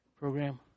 program